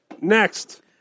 next